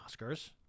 Oscars